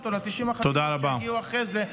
או ל-90 החתימות שיגיעו אחרי זה,